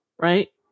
right